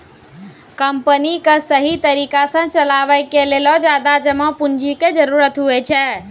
company क सहि तरिका सह चलावे के लेलो ज्यादा जमा पुन्जी के जरुरत होइ छै